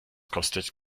kostet